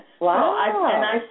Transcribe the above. Wow